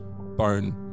bone